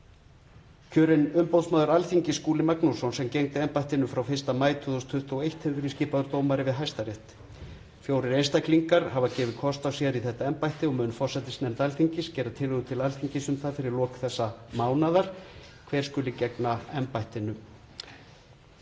Kjörinn umboðsmaður Alþingis, Skúli Magnússon, sem gegndi embættinu frá 1. maí 2021, hefur verið skipaður dómari við Hæstarétt. Fjórir einstaklingar hafa gefið kost á sér í þetta embætti og mun forsætisnefnd Alþingis gera tillögu til Alþingis um það fyrir lok þessa mánaðar hver skuli gegna embættinu.